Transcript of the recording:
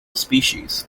species